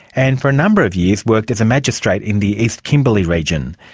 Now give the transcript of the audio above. and for a number of years worked as a magistrate in the east kimberley region.